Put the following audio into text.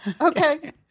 Okay